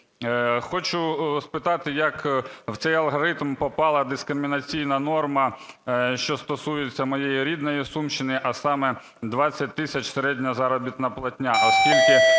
Хочу спитати як в цей алгоритм попала дискримінаційна норма, що стосується моєї рідної Сумщини, а саме 20 тисяч середня заробітна платня,